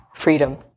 freedom